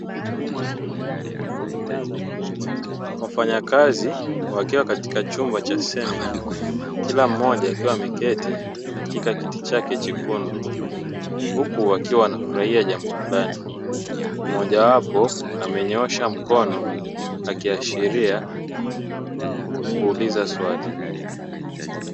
Wafanyakazi wakiwa katika chumba cha semina, kila mmoja akiwa ameketi katika kiti chake chekundu, huku wakiwa wanafurahia jambo fulani; mojawapo amenyoosha mkono akiashiria kuuliza swali.